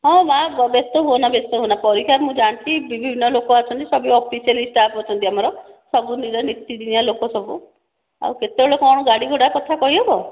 ହଁ ବା ବ୍ୟସ୍ତ ହୁଅନା ବ୍ୟସ୍ତ ହୁଅନା ପରୀକ୍ଷା ମୁଁ ଜାଣିଛି ବିଭିନ୍ନ ଲୋକ ଅଛନ୍ତି ସବୁ ଅଫିସିଆଲି ଷ୍ଟାଫ ଅଛନ୍ତି ଆମର ସବୁ ନିଜର ନୀତିଦିନିଆ ଲୋକ ସବୁ ଆଉ କେତବେଳେ କଣ ଗାଡ଼ିଘୋଡ଼ା କଥା କହି ହେବ